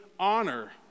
honor